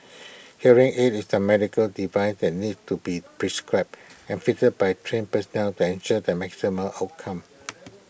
hearing aid is A medical device that needs to be prescribed and fitted by trained personnel to ensure optimum outcome